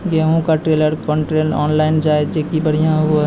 गेहूँ का trailer contractor online जाए जैकी बढ़िया हुआ